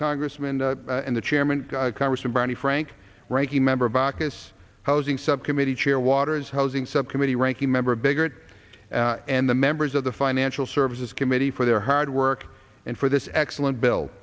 congressman and the chairman congressman barney frank ranking member baucus housing subcommittee chair waters housing subcommittee ranking member bigger and the members of the financial services committee for their hard work and for this excellent bill